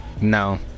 No